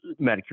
Medicare